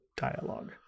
dialogue